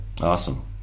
Awesome